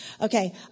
Okay